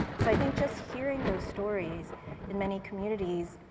so i think just hearing those stories in many communities,